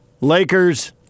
Lakers